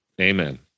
Amen